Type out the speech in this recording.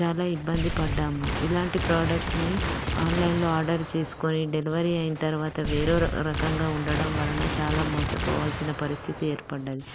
చాలా ఇబ్బంది పడ్డాము ఇలాంటి ప్రోడక్ట్స్ని ఆన్లైన్లో ఆర్డర్ చేసుకొని డెలివరీ అయిన తర్వాత వేరో రకంగా ఉండడం వలన చాలా మోసపోవాల్సిన పరిస్థితి ఏర్పడ్డది